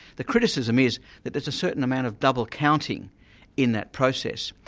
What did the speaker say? the criticism is that there's a certain amount of double counting in that process,